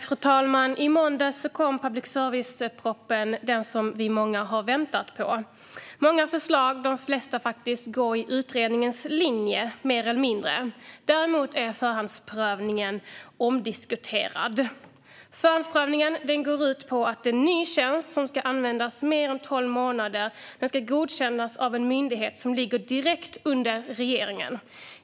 Fru talman! I måndags kom public service-propositionen, som många av oss har väntat på. Många förslag - de flesta, faktiskt - går mer eller mindre på utredningens linje. Däremot är förhandsprövningen omdiskuterad. Förhandsprövningen går ut på att en ny tjänst som ska användas mer än tolv månader ska godkännas av en myndighet som ligger direkt under regeringen.